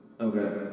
Okay